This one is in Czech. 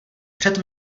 před